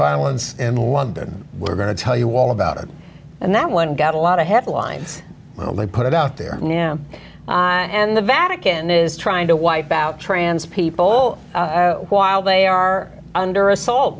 violence in london we're going to tell you all about it and that one got a lot of headlines well they put it out there now and the vatican is trying to wipe out trans people while they are under assault